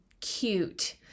cute